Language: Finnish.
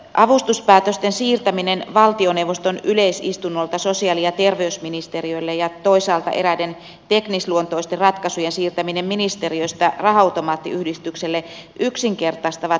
avustuspäätösten siirtäminen valtioneuvoston yleisistunnolta sosiaali ja terveysministeriölle ja toisaalta eräiden teknisluontoisten ratkaisujen siirtäminen ministeriöstä raha automaattiyhdistykselle yksinkertaistavat päätöksentekoa